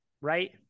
right